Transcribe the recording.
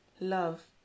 love